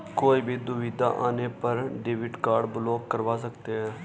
कोई भी दुविधा आने पर डेबिट कार्ड ब्लॉक करवा सकते है